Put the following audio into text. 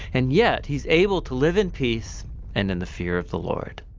and yet he's able to live in peace and in the fear of the lord